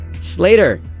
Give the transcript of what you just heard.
Slater